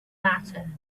matter